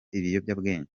ibiyobyabwenge